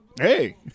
Hey